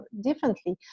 differently